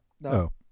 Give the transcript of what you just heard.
No